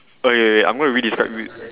okay okay I'm gonna redescribe you